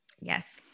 Yes